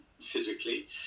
physically